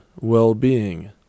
well-being